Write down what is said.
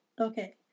Okay